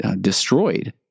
destroyed